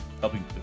helping